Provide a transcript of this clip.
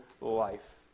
life